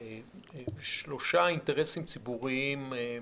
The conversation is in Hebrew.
שלושה אינטרסים ציבוריים משמעותיים: